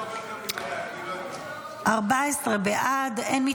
הצעת ועדת